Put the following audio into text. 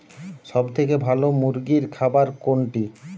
সবথেকে ভালো মুরগির খাবার কোনটি?